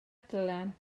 dylan